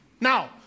Now